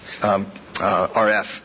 RF